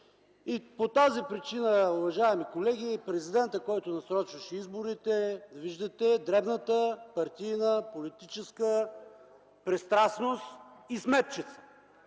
По тази причина, уважаеми колеги, президентът, който насрочваше изборите, виждате, дребната партийна, политическа пристрастност и сметчица,